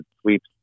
sweeps